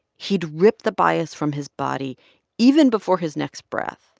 he'd rip the bias from his body even before his next breath.